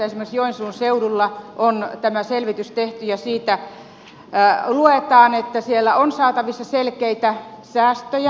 esimerkiksi joensuun seudulla on tämä selvitys tehty ja siitä luetaan että siellä on saatavissa selkeitä säästöjä